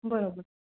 बरोबर